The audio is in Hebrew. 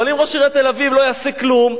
אבל אם ראש עיריית תל-אביב לא יעשה כלום,